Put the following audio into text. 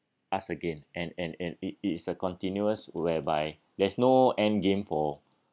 ask again and and and it is a continuous whereby there's no end game for